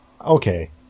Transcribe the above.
Okay